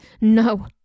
no